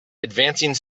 advancing